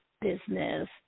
business